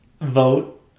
vote